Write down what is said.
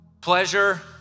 pleasure